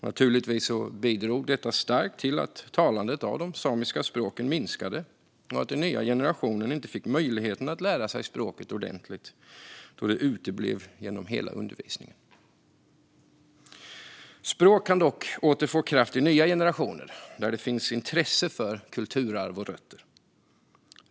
Naturligtvis bidrog detta starkt till att talandet av de samiska språken minskade och att den nya generationen inte fick möjligheten att lära sig språket ordentligt eftersom det uteblev genom hela undervisningen. Språk kan dock återfå kraft i nya generationer där det finns intresse för kulturarv och rötter.